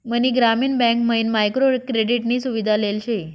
मनी Grameen bank मयीन micro credit नी सुविधा लेल शे